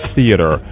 Theater